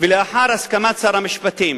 ולאחר הסכמת שר המשפטים.